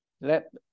let